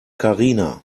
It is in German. karina